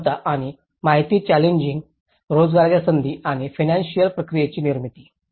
क्षमता आणि माहिती चॅनेलिंग रोजगाराच्या संधी आणि फीनंसिअल प्रतिक्रियांची निर्मिती